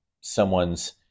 someone's